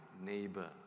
neighbor